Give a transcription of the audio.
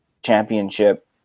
championship